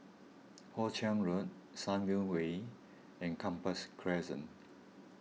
Hoe Chiang Road Sunview Way and Gambas Crescent